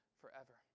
forever